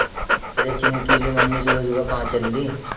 अरे चिंकी की मम्मी सुबह सुबह कहां चल दी?